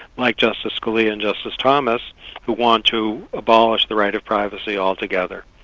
like justice scalia and justice thomas who want to abolish the right of privacy altogether.